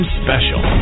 special